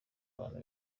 abantu